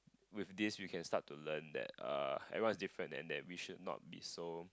with this we can start to learn that uh everyone is different and that we should not be so